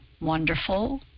wonderful